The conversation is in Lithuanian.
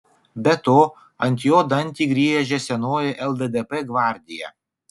be to ant jo dantį griežia senoji lddp gvardija